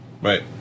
Right